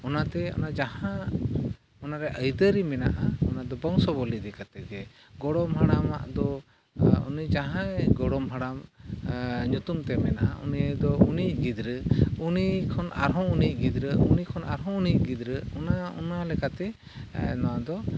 ᱚᱱᱟᱛᱮ ᱚᱱᱟ ᱡᱟᱦᱟᱸ ᱚᱱᱟ ᱨᱮᱭᱟᱜ ᱟᱹᱭᱫᱟᱹᱨᱤ ᱢᱮᱱᱟᱜᱼᱟ ᱚᱱᱟᱫᱚ ᱵᱚᱝᱥᱚ ᱵᱩᱞᱤ ᱤᱫᱤ ᱠᱟᱛᱮᱫᱼᱜᱮ ᱜᱚᱲᱚᱢ ᱦᱟᱲᱟᱢᱟᱜ ᱫᱚ ᱩᱱᱤ ᱡᱟᱦᱟᱸᱭ ᱜᱚᱲᱚᱢ ᱦᱟᱲᱟᱢ ᱧᱩᱛᱩᱢᱼᱛᱮ ᱢᱮᱱᱟᱜᱼᱟ ᱩᱱᱤᱫᱚ ᱩᱱᱤᱭᱤᱡᱽ ᱜᱤᱫᱽᱨᱟᱹ ᱩᱱᱤ ᱠᱷᱚᱱ ᱟᱨᱦᱚᱸ ᱩᱱᱤᱭᱤᱡᱽ ᱜᱤᱫᱽᱨᱟᱹ ᱩᱱᱤ ᱠᱷᱚᱱ ᱟᱨᱦᱚᱸ ᱩᱱᱤᱭᱤᱡᱽ ᱜᱤᱫᱽᱨᱟᱹ ᱚᱱᱟ ᱚᱱᱟ ᱞᱮᱠᱟᱛᱮ ᱱᱚᱣᱟ ᱫᱚ